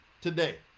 today